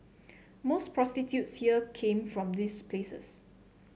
most prostitutes here came from these places